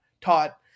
taught